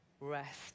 rest